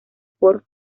por